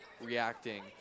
reacting